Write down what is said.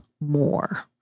more